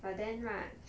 but then right